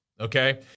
okay